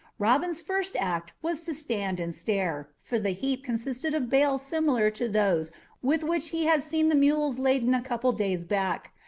robin's first act was to stand and stare, for the heap consisted of bales similar to those with which he had seen the mules laden a couple of days back,